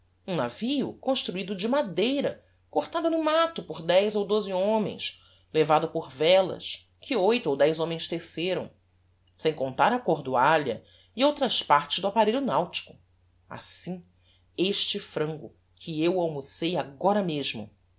um navio construido de madeira cortada no matto por dez ou doze homens levado por velas que oito ou dez homens teceram sem contar a cordoalha e outras partes do apparelho nautico assim este frango que eu almocei agora mesmo